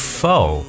foe